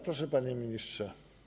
Proszę, panie ministrze.